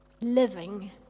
living